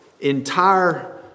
Entire